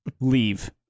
leave